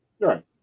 right